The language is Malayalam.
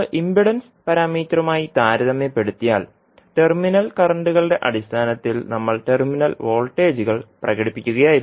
നിങ്ങൾ ഇംപിഡൻസ് പാരാമീറ്ററുമായി താരതമ്യപ്പെടുത്തിയാൽ ടെർമിനൽ കറന്റുകളുടെ അടിസ്ഥാനത്തിൽ നമ്മൾ ടെർമിനൽ വോൾട്ടേജുകൾ പ്രകടിപ്പിക്കുകയായിരുന്നു